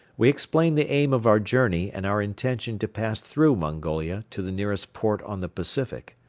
we explained the aim of our journey and our intention to pass through mongolia to the nearest port on the pacific.